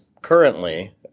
currently